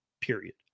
period